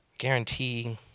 guarantee